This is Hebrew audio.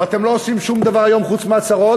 ואתם לא עושים שום דבר היום חוץ מהצהרות: